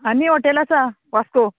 आनी हॉटेल आसा वास्को